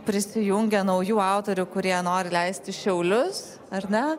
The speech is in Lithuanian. prisijungia naujų autorių kurie nori leisti šiaulius ar ne